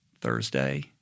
Thursday